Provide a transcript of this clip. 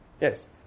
Yes